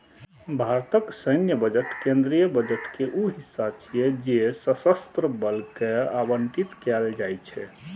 भारतक सैन्य बजट केंद्रीय बजट के ऊ हिस्सा छियै जे सशस्त्र बल कें आवंटित कैल जाइ छै